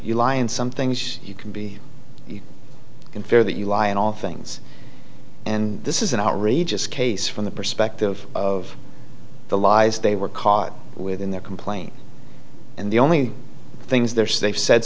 you lie and some things you can be unfair that you lie and all things and this is an outrageous case from the perspective of the lies they were caught with in their complaint and the only things there is they've said